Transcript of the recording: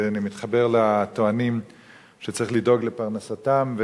מתחבר לטוענים שצריך לדאוג לפרנסתם של העובדים